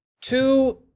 two